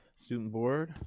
student board?